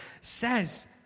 says